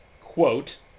quote